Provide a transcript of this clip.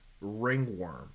ringworm